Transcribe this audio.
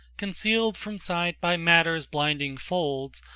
concealed from sight by matter's blinding folds,